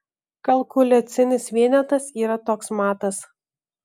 kalkuliacinis vienetas yra toks matas